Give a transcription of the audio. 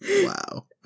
Wow